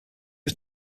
was